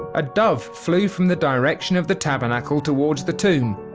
a dove flew from the direction of the tabernacle towards the tomb,